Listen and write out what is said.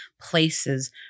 places